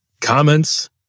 Comments